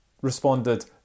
responded